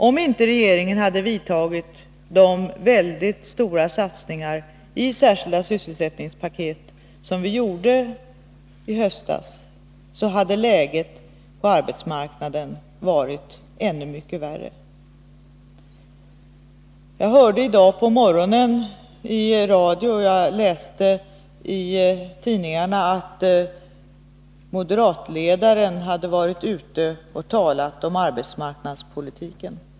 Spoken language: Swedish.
Om inte regeringen hade gjort de väldigt stora satsningar i form av särskilda sysselsättningspaket som gjordes i höstas, hade läget på arbetsmarknaden varit ännu mycket värre. Jag hörde i morse på radion — och jag har även läst om det i tidningarna — att moderatledaren varit ute och talat om arbetsmarknadspolitiken.